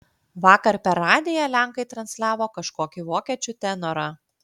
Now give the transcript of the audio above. vakar per radiją lenkai transliavo kažkokį vokiečių tenorą